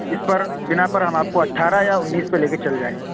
اِس پر بنا پر ہم آپ کو اٹھارہ یا اُنیس پہ لے کر چل جائیں گے